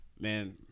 man